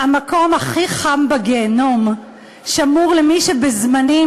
המקום הכי חם בגיהינום שמור למי שבזמנים